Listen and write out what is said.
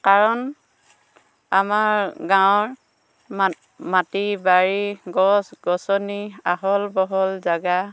কাৰণ আমাৰ গাঁৱৰ মাটি বাৰী গছ গছনি আহল বহল জাগা